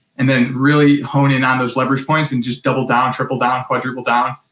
and then really hone in on those leverage points and just double down, triple down, quadruple down,